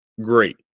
great